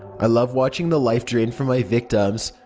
i love watching the life drain from my victims.